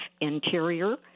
interior